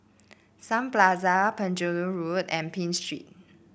Sun Plaza Penjuru Road and Pitt Street